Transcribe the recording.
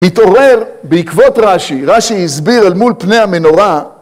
מתעורר בעקבות רשי, רשי הסביר אל מול פני המנורה